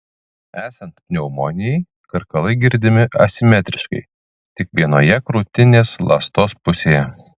esant pneumonijai karkalai girdimi asimetriškai tik vienoje krūtinės ląstos pusėje